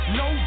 no